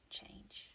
change